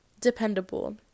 dependable